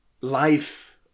life